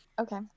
Okay